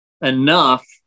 enough